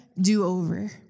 do-over